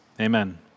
Amen